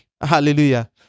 Hallelujah